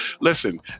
listen